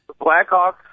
Blackhawks